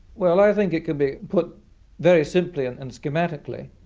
well, i think it can be put very simply and and schematically.